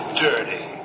dirty